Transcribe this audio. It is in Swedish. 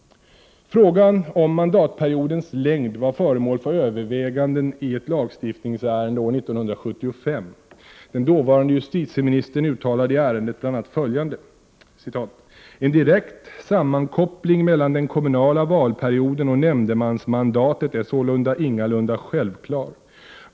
Frågan om mandatperiodens längd var föremål för överväganden i ett lagstiftningsärende år 1975. Den dåvarande justitieministern uttalade i ärendet bl.a. följande. ”En direkt sammankoppling mellan den kommunala valperioden och nämndemansmandatet är sålunda ingalunda självklar.